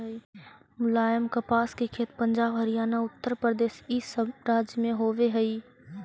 मुलायम कपास के खेत पंजाब, हरियाणा, उत्तरप्रदेश इ सब राज्य में होवे हई